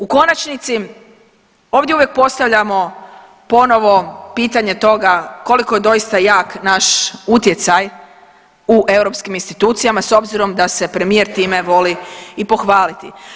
U konačnici ovdje uvijek postavljamo ponovo pitanje toga koliko je doista jak naš utjecaj u europskim institucijama, s obzirom da se premijer time voli i pohvaliti.